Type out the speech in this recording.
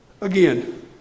Again